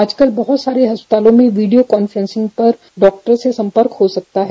आजकल बहुत सारे अस्पतालों में वीडियो कान्फ्रेंसिंग पर डॉक्टर से संपर्क हो सकता है